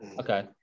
Okay